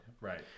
right